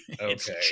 Okay